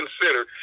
consider